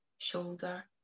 Shoulder